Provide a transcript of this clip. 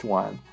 one